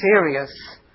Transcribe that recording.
serious